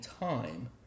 time